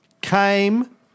came